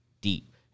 deep